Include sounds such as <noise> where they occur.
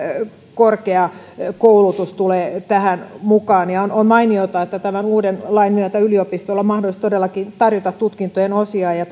myös korkeakoulutus tulee tähän mukaan on mainiota että tämän uuden lain myötä yliopistoilla on mahdollisuus todellakin tarjota tutkintojen osia ja <unintelligible>